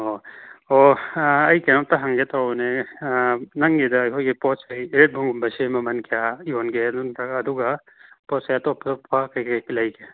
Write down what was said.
ꯑꯣ ꯑꯣ ꯑꯩ ꯀꯩꯅꯣꯝꯇ ꯍꯪꯒꯦ ꯇꯧꯕꯅꯦ ꯅꯪꯒꯤꯗ ꯑꯩꯈꯣꯏꯒꯤ ꯄꯣꯠꯆꯩ ꯔꯦꯠ ꯕꯨꯜꯒꯨꯝꯕꯁꯦ ꯃꯃꯜ ꯀꯌꯥ ꯌꯣꯟꯒꯦ ꯑꯗꯨꯒ ꯄꯣꯠꯁꯦ ꯑꯇꯣꯞꯄ ꯀꯔꯤ ꯀꯔꯤ ꯂꯩꯒꯦ